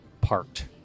parked